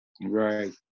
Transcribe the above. Right